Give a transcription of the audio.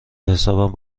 حساب